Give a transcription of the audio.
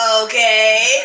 Okay